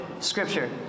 Scripture